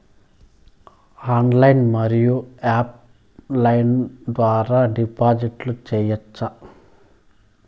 Online మరియు offline ద్వారా డిపాజిట్లు సేయొచ్చా?